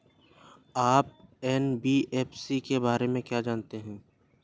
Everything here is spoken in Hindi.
आप एन.बी.एफ.सी के बारे में क्या जानते हैं?